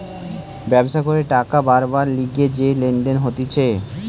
ব্যবসা করে টাকা বারবার লিগে যে লেনদেন হতিছে